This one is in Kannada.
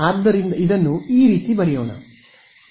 ಆದ್ದರಿಂದ ಇದನ್ನು ಈ ರೀತಿ ಬರೆಯೋಣ